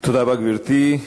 תודה רבה, גברתי.